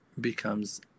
becomes